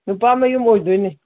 ꯅꯨꯄꯥ ꯃꯌꯨꯝ ꯑꯣꯏꯗꯣꯏꯅꯤ